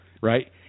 Right